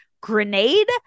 grenade